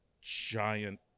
giant